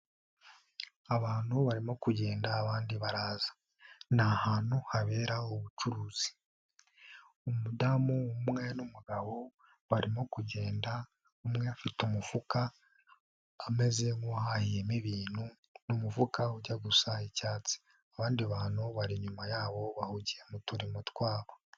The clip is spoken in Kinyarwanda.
Abantu barimo kugenda abandi baraza, ni ahantu habera ubucuruzi. Umudamu umwe n'umugabo barimo kugenda umwe afite umufuka ameze nk'uwahahiyemo ibintu, ni umufuka ujya gusa icyatsi, abandi bantu bari inyuma yabo bahugiye mu turimo twabo.